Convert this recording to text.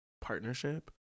partnership